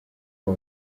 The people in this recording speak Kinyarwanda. ubu